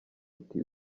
iti